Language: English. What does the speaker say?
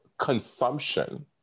consumption